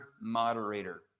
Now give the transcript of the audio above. moderator